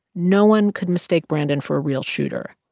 no one could mistake brandon for a real shooter.